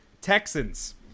Texans